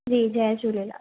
जी जय झूलेलाल